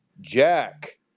Jack